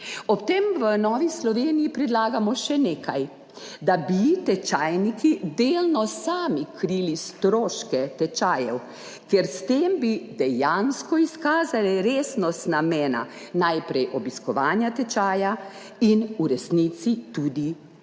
Ob tem v Novi Sloveniji predlagamo še nekaj. Da bi tečajniki delno sami krili stroške tečajev, ker bi s tem dejansko izkazali resnost namena najprej obiskovanja tečaja in v resnici tudi učenja